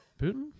Putin